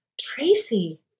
Tracy